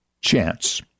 chance